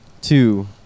two